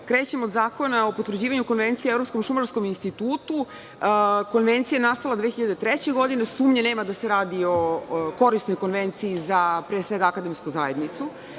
od Zakona o potvrđivanju Konvencije o Evropskom šumarskom institutu. Konvencija je nastala 2003. godine, sumnje nema da se radi o korisnoj konvenciji za pre svega akademsku zajednicu,